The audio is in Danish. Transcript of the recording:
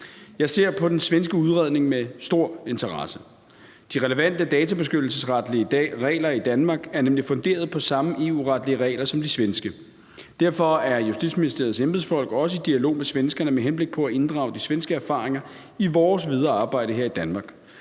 Jeg ser på den svenske udredning med stor interesse. De relevante databeskyttelsesretlige regler i Danmark er nemlig funderet på samme EU-retlige regler som de svenske. Derfor er Justitsministeriets embedsfolk også i dialog med svenskerne med henblik på at inddrage de svenske erfaringer i vores videre arbejde her i Danmark.